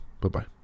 Bye-bye